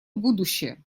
будущее